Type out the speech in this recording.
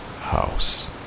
house